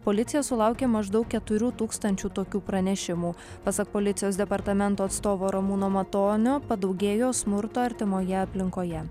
policija sulaukė maždaug keturių tūkstančių tokių pranešimų pasak policijos departamento atstovo ramūno matonio padaugėjo smurto artimoje aplinkoje